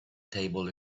table